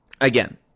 Again